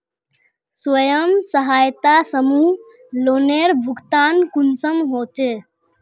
स्वयं सहायता समूहत लोनेर भुगतान कुंसम होचे?